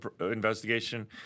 investigation